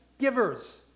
givers